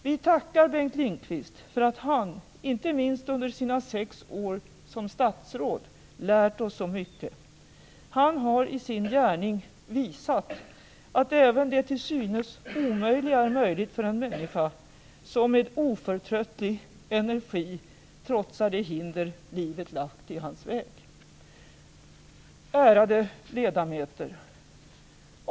Vi tackar Bengt Lindqvist för att han, inte minst under sina sex år som statsråd, lärt oss så mycket. Han har i sin gärning visat att även det till synes omöjliga är möjligt för en människa som med oförtröttlig energi trotsar de hinder livet lagt i hans väg. Ärade ledamöter!